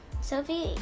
Sophie